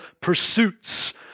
pursuits